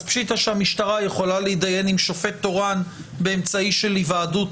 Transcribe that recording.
פשיטה שהמשטרה יכולה להתדיין עם שופט תורן באמצעי של היוועדות